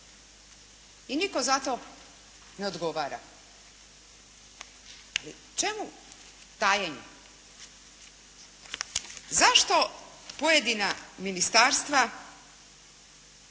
I nitko za to ne odgovara. Čemu tajenje? Zašto pojedina ministarstva